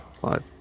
Five